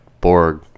Borg